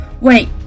Wait